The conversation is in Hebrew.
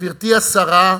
גברתי השרה,